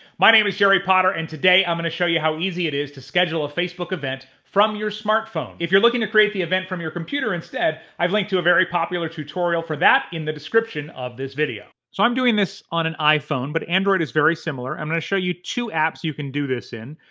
my name is jerry potter, and today i'm gonna show you how easy it is to schedule a facebook event from your smartphone. if you're looking to create the event from your computer instead, i've linked to a very popular tutorial for that in the description of this video. so i'm doing this on an iphone, but android is very similar. i'm gonna show you two apps you can do this in.